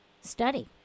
study